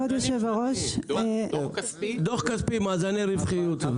דוח כספי, מאזני רווחיות.